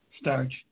starch